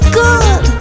good